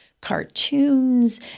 cartoons